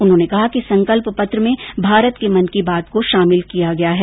उन्होंने कहा कि संकल्प पत्र में भारत के मन की बात को शामिल किया गया है